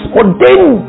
ordained